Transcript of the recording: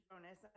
bonus